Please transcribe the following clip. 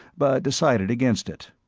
but decided against it.